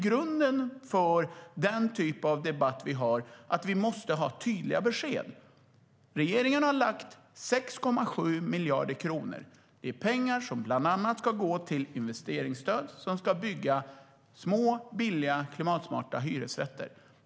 Grunden för den typ av debatt vi har är att vi måste ha tydliga besked. Regeringen har lagt 6,7 miljarder kronor. Det är pengar som bland annat ska gå till investeringsstöd för byggande av små, billiga och klimatsmarta hyresrätter.